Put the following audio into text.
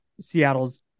Seattle's